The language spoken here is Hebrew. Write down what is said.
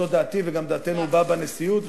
זו דעתי, וגם דעתנו הובעה בנשיאות, מאה אחוז.